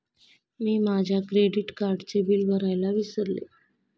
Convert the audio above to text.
मी माझ्या क्रेडिट कार्डचे बिल भरायला विसरले